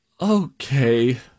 Okay